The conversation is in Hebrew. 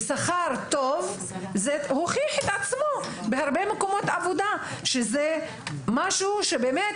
שכר טוב הוכיח את עצמו בהרבה מקומות עבודה שזה משהו שבאמת